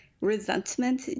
resentment